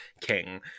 king